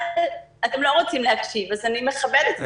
אתם לא רוצים להקשיב אז אני מכבדת.